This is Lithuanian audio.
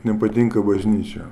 nepatinka bažnyčia